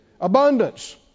abundance